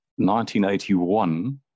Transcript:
1981